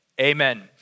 amen